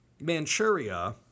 Manchuria